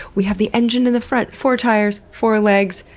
we have the engine in the front, four tires, four legs,